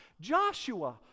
Joshua